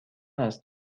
است